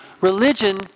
religion